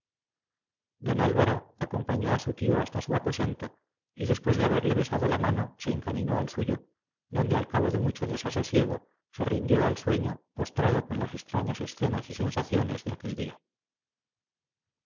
don álvaro acompañó a su tío hasta su aposento y después de haberle besado la mano se encaminó al suyo donde al cabo de mucho desasosiego se rindió al sueño postrado con las extrañas escenas y sensaciones de aquel día